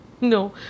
no